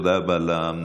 תודה רבה למנהלות,